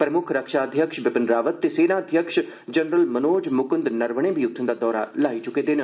प्रमुक्ख रक्षा अध्यक्ष विपिन रावत ते सेना अध्यक्ष मनोज मुक्ंद नरवने बी उत्थे दा दौरा लाई चुके दे न